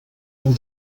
del